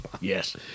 Yes